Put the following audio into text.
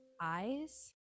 eyes